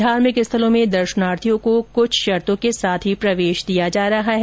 धार्मिक स्थलों में दर्शनार्थियों को कुछ शर्तों के साथ ही प्रवेश दिया जा रहा है